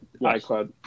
iCloud